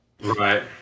Right